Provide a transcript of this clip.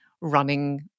running